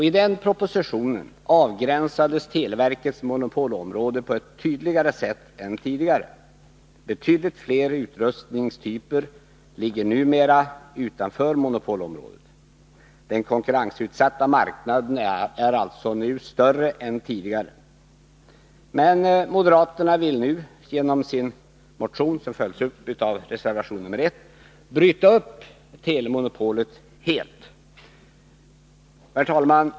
I den propositionen avgränsades televerkets monopolområde på ett tydligare sätt än tidigare. Betydligt fler utrustningstyper ligger numera utanför monopolområdet. Den konkurrensutsatta marknaden är alltså nu större än tidigare. Men moderaterna vill nu genom sin motion, som följs upp av reservation nr 1, bryta upp telemonopolet helt. Herr talman!